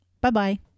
Bye-bye